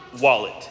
wallet